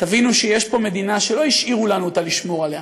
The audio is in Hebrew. תבינו שיש פה מדינה שלא השאירו לנו אותה לשמור עליה,